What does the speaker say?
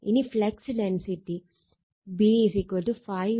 ഇനി flux density B ∅ A ആണ്